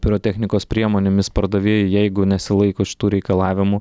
pirotechnikos priemonėmis pardavėjai jeigu nesilaiko šitų reikalavimų